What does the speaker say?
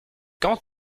quand